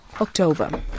October